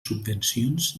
subvencions